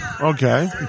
Okay